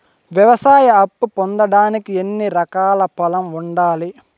వ్యవసాయ అప్పు పొందడానికి ఎన్ని ఎకరాల పొలం ఉండాలి?